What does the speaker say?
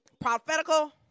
Prophetical